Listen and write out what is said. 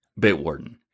Bitwarden